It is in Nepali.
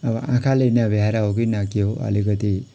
अब आँखाले नभ्याएर हो कि न के हो अब अलिकति